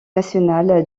nationale